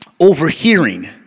Overhearing